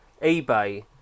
eBay